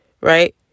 right